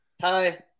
Hi